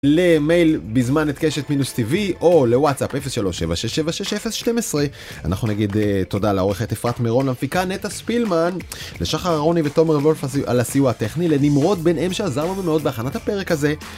למייל bizman@keshet-tv או לוואטסאפ 037-666-012 אנחנו נגיד תודה לעורכת אפרת מירון למפיקה, נטע ספילמן לשחר רוני ותומר וולף על הסיוע הטכני, לנמרוד בן אם שעזר לנו מאוד בהכנת הפרק הזה